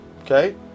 okay